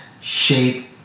shape